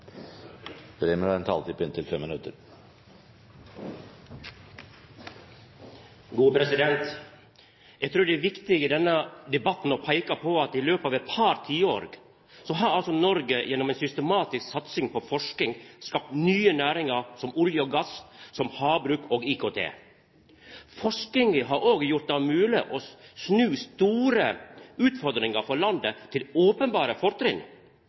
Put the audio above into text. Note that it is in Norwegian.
grunn! Med det er replikkordskiftet avsluttet. Eg trur det er viktig i denne debatten å peika på at i løpet av eit par tiår har altså Noreg gjennom ei systematisk satsing på forsking skapt nye næringar, som olje og gass, havbruk og IKT. Forskinga har òg gjort det mogleg å snu store utfordringar for landet til openberre fortrinn: